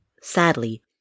sadly